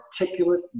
articulate